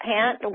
Pant